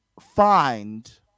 find